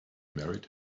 married